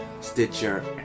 Stitcher